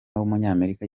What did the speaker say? w’umunyamerika